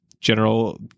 general